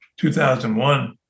2001